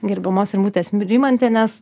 gerbiamos rimutės rimantienės